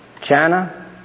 China